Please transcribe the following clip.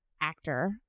actor